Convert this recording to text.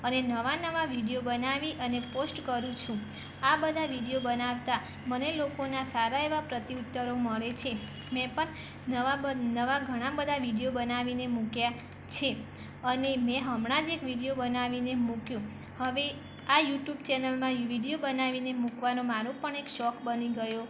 અને નવા નવા વિડીયો બનાવી અને પોસ્ટ કરું છું આ બધા વિડીયો બનાવતા મને લોકોના સારા એવા પ્રત્યુત્તરો મળે છે મેં પણ નવા બ નવા ઘણાં બધા વિડીયો બનાવીને મૂક્યા છે અને મેં હમણાં જ એક વિડીયો બનાવીને મૂક્યો હવે આ યુટુબ ચેનલમાં ઇવીડિયો બનાવીને મૂકવાનો મારો પણ એક શોખ બની ગયો